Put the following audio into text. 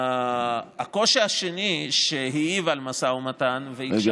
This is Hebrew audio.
הקושי השני שהעיב על המשא ומתן והקשה עליו,